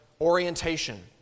orientation